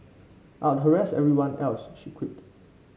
I'd harass everyone else she quipped